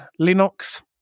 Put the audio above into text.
Linux